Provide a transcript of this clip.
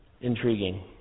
Intriguing